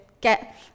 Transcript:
get